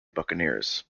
buccaneers